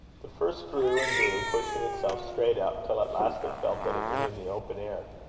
the first grew and grew, pushing itself straight up, till at last it felt that it was in the open air,